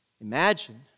Imagine